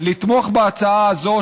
לתמוך בהצעה הזאת,